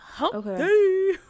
Okay